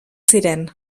ziren